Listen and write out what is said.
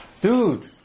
Dude